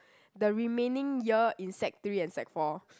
the remaining year in sec three and sec four